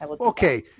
Okay